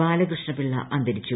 ബാലകൃഷ്ണപിള്ള് അന്തരിച്ചു